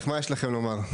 מה יש לכם לומר?